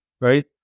right